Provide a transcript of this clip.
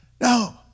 No